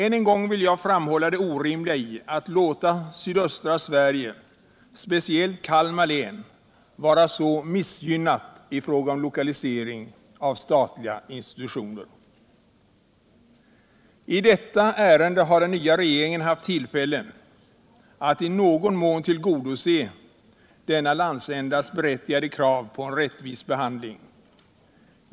Än en gång vill jag framhålla det orimliga i att låta sydöstra Sverige, speciellt Kalmar län, vara så missgynnat i fråga om lokalisering av statliga institutioner. I detta ärende har den nya regeringen haft tillfälle att i någon mån tillgodose denna landsändas berättigade krav på en rättvis behandling.